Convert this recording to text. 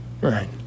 Right